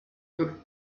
peut